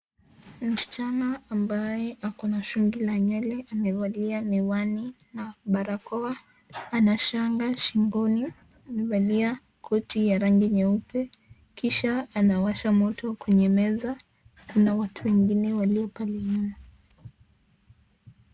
Msichana ambaye ako na shungi la nywele amevalia miwani na barakoa ana shanga shingoni na amevalia koti ya rangi nyeupe kisha anawasha moto kwenye meza na watu wengine walio pale nyuma.